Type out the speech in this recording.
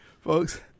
Folks